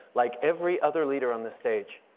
like every other leader on the stage,